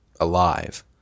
alive